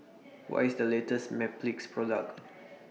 What IS The latest Mepilex Product